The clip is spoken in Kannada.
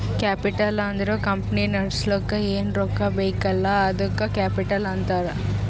ಕ್ಯಾಪಿಟಲ್ ಅಂದುರ್ ಕಂಪನಿ ನಡುಸ್ಲಕ್ ಏನ್ ರೊಕ್ಕಾ ಬೇಕಲ್ಲ ಅದ್ದುಕ ಕ್ಯಾಪಿಟಲ್ ಅಂತಾರ್